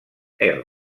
elx